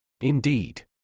indeed